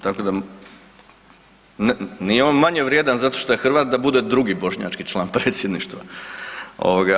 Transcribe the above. Tako da nije on manje vrijedan zato što je Hrvat da bude drugi bošnjački član predsjedništva.